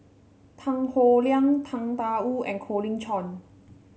Tan Howe Liang Tang Da Wu and Colin Cheong